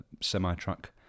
semi-truck